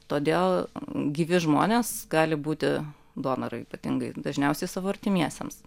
todėl gyvi žmonės gali būti donorai ypatingai dažniausiai savo artimiesiems